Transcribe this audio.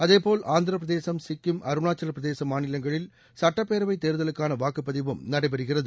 அதேபோல் ஆந்திர பிரதேசம் சிக்கிம் அருணாச்சவப் பிரசேதம் மாநிலங்களில் சட்டப்பேரவை தேர்தலுக்கான வாக்குப் பதிவும் நடைபெறுகிறது